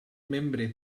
membre